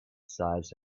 size